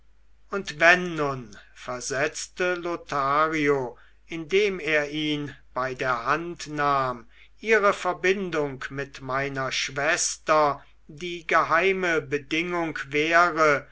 und wenn nun versetzte lothario indem er ihn bei der hand nahm ihre verbindung mit meiner schwester die geheime bedingung wäre